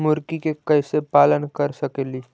मुर्गि के कैसे पालन कर सकेली?